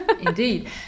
Indeed